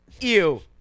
ew